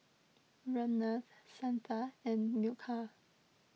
Ramnath Santha and Milkha